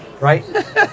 Right